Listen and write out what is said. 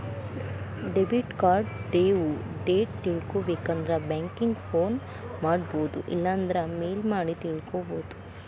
debit card due date ತಿಳ್ಕೊಬೇಕಂದ್ರ banking phone ಮಾಡೊಬೋದು ಇಲ್ಲಾಂದ್ರ ಮೇಲ್ ಮಾಡಿ ತಿಳ್ಕೋಬೋದು